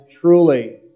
truly